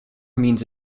means